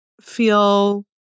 feel